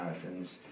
marathons